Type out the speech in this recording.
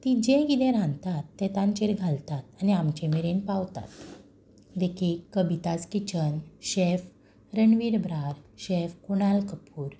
तीं जें किदें रांदतात तें तांचेर घालतात आनी आमचे मेरेन पावतात देखीक कबिताज kitchen chef Ranveer Brar chef Kunal Kapoor